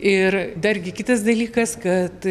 ir dargi kitas dalykas kad